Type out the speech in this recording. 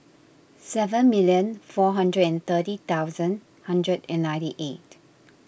seven million four hundred and thirty thousand hundred and ninety eight